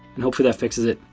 and hopefully that fixes it,